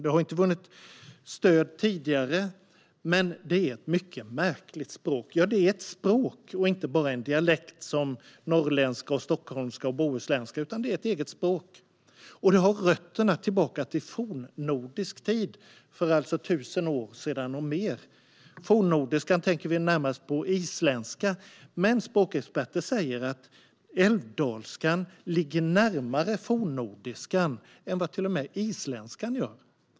Det har inte vunnit stöd tidigare. Älvdalska är ett mycket märkligt språk. Det är alltså ett eget språk och inte bara en dialekt som norrländska, stockholmska och bohuslänska. Dess rötter går tillbaka till fornnordisk tid, alltså för mer än 1 000 år sedan. Vi tänker närmast på isländska när vi talar om fornnordiska, men språkexperter säger att älvdalskan till och med ligger närmare fornnordiskan än vad isländskan gör.